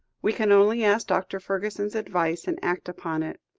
we can only ask dr. fergusson's advice, and act upon it.